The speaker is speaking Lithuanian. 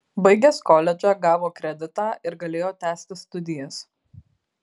baigęs koledžą gavo kreditą ir galėjo tęsti studijas